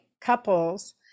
couples